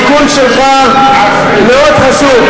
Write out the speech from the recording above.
התיקון שלך מאוד חשוב.